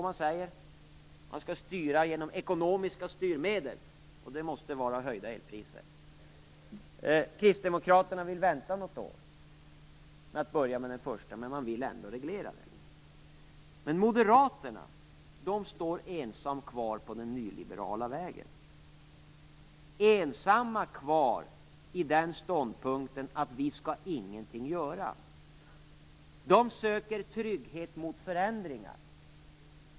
Man säger att ekonomiska styrmedel skall användas, och det måste innebära höjda elpriser. Kristdemokraterna vill vänta något år med att påbörja avvecklingen av den första reaktorn, men man vill ändå ha en reglering. Men moderaterna står ensamma kvar på den nyliberala vägen. De är ensamma kvar i den ståndpunkten att vi skall ingenting göra. Moderaterna söker trygghet mot förändringar.